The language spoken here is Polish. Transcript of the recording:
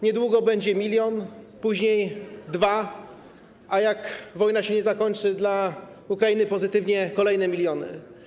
Niedługo będzie milion, później dwa, a jak wojna nie zakończy się dla Ukrainy pozytywnie - kolejne miliony.